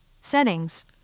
Settings